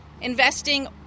investing